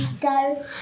go